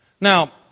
Now